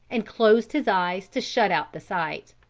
and closed his eyes to shut out the sight.